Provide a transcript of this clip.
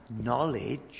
knowledge